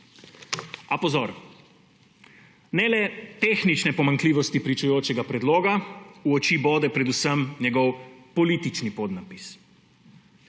A pozor! Ne le tehnične pomanjkljivosti pričujočega predloga, v oči bode predvsem njegov politični podnapis.